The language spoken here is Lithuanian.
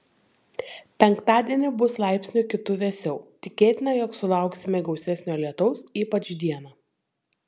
penktadienį bus laipsniu kitu vėsiau tikėtina jog sulauksime gausesnio lietaus ypač dieną